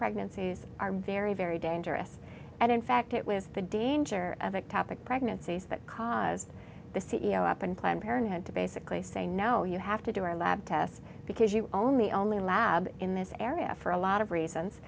pregnancies are very very dangerous and in fact it with the danger of a topic pregnancies that cause the c e o up and planned parenthood to basically say no you have to do our lab tests because you only only lab in this area for a lot of reasons